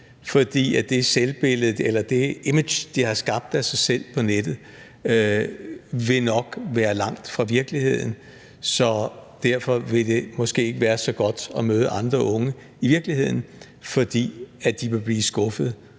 i virkeligheden, fordi det image, de har skabt af sig selv på nettet, nok vil være langt fra virkeligheden. Altså at det måske ikke vil være så godt at møde andre unge i virkeligheden, fordi de vil blive skuffede